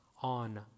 on